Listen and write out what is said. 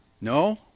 no